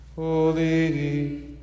Holy